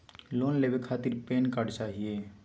Loan लेवे खातीर PAN card चाहियो?